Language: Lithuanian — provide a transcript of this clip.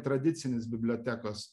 tradicinės bibliotekos